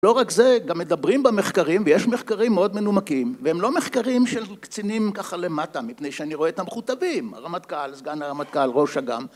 לא רק זה, גם מדברים במחקרים, ויש מחקרים מאוד מנומקים, והם לא מחקרים של קצינים ככה למטה, מפני שאני רואה אותם מכותבים: הרמטכ"ל, סגן הרמטכ"ל, ראש אג"ם